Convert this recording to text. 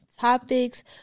topics